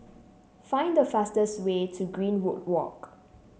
find the fastest way to Greenwood Walk